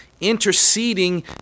interceding